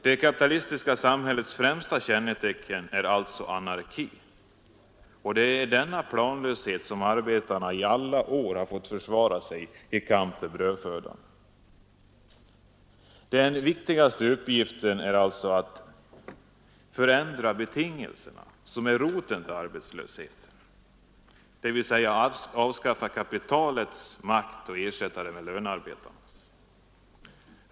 Det kapitalistiska samhällets främsta kännetecken är alltså anarki. Det är denna planlöshet som arbetarna i alla år har fått försvara sig mot i kampen för brödfödan. Den viktigaste uppgiften är alltså att förändra de betingelser som är roten till arbetslöshet, dvs. att avskaffa kapitalets makt och ersätta den med lönearbetarnas.